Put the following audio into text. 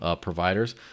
providers